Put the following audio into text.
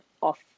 off